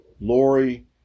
Lori